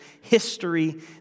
history